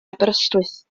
aberystwyth